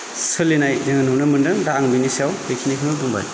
सोलिनाय जोङो नुनो मोनदों दा आं बेनि सायाव बेखिनिखौनो बुंबाय